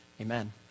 amen